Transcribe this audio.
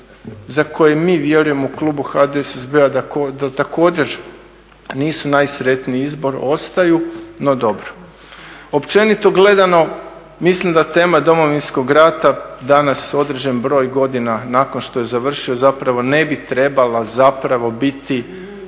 za koje mi vjerujemo u klubu HDSSB-a da također nisu najsretniji izbor ostaju, no dobro. Općenito gledano mislim da tema Domovinskog rata danas određen broj godina nakon što je završio zapravo ne bi trebala zapravo biti